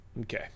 Okay